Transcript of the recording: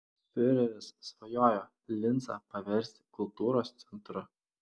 fiureris svajojo lincą paversti kultūros centru